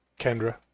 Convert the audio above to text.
kendra